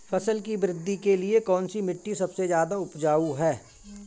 फसल की वृद्धि के लिए कौनसी मिट्टी सबसे ज्यादा उपजाऊ है?